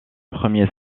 premier